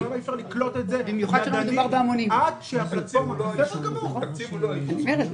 למה אי אפשר לקלוט את זה ידנית עד שהפלטפורמה תהיה מוכנה?